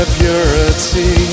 purity